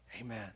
Amen